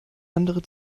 andere